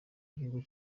igihugu